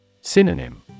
Synonym